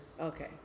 okay